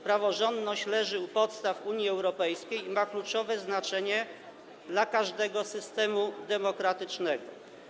Praworządność leży u podstaw Unii Europejskiej i ma kluczowe znaczenie dla każdego systemu demokratycznego.